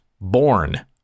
born